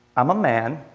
i'm a man.